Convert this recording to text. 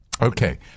Okay